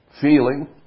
feeling